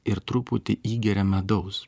ir truputį įgeria medaus